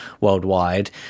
worldwide